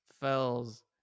fells